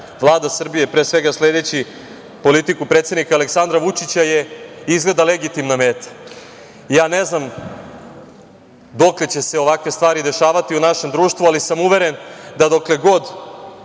Vlada Srbije, pre svega sleći politiku predsednica Aleksandra Vučića je izgleda legitimna meta. Ja ne znam dokle će se ovakve stvari dešavati u našem društvu, ali sam uveren da dokle god